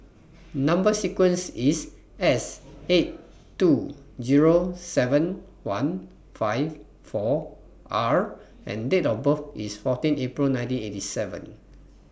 Number sequence IS S eight two Zero seven one fifty four R and Date of birth IS fourteen April nineteen eight seven